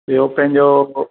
ॿियो पंहिंजो